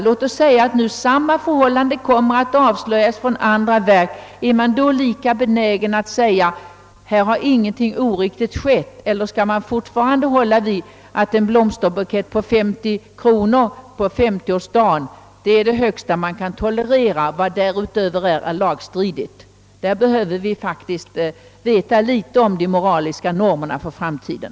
Låt oss säga att nu påtalade förhållanden avslöjas från något annat verk, är man då lika benägen att säga att ingenting oriktigt har skett eller skall man då hålla på att 50 kronor på 50 årsdagen är det högsta man kan tolerera och att förmåner däröver är lagstridiga? Vi behöver faktiskt klarlägga de moraliska normerna för framtiden.